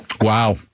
Wow